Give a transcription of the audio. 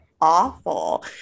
awful